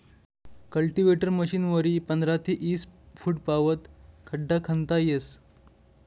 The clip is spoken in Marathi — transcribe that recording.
कल्टीवेटर मशीनवरी पंधरा ते ईस फुटपावत खड्डा खणता येस